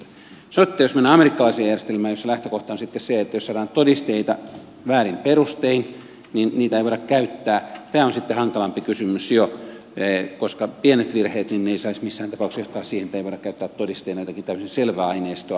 sitten jos mennään amerikkalaiseen järjestelmään jossa lähtökohta on se että jos saadaan todisteita väärin perustein niitä ei voida käyttää niin tämä on sitten hankalampi kysymys jo koska pienet virheet eivät saisi missään tapauksessa johtaa siihen että ei voida käyttää todisteena jotakin täysin selvää aineistoa